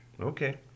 Okay